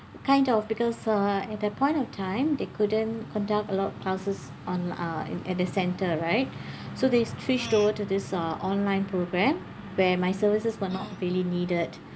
kind of because uh at that point of time they couldn't conduct a lot of classes on~ uh and at the centre right so they switched over to this ah online programme where my services were not really needed